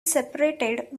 separated